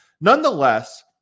Nonetheless